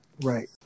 Right